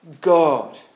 God